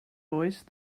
voice